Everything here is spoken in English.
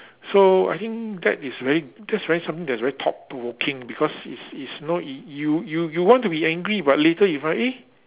so I think that is really that's really something that's very thought provoking because is is know you you you want to be angry but later you find eh